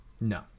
No